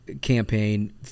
campaign